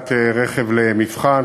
להעמדת רכב למבחן.